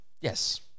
Yes